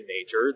nature